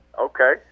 Okay